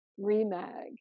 Remag